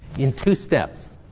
in two steps.